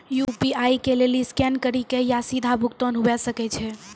UPI के लेली scan करि के या सीधा भुगतान हुये सकै छै